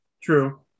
True